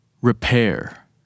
repair